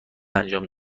انجام